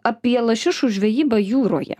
apie lašišų žvejybą jūroje